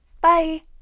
bye